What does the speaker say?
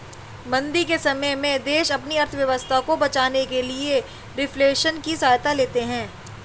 मंदी के समय में देश अपनी अर्थव्यवस्था को बचाने के लिए रिफ्लेशन की सहायता लेते हैं